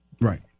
Right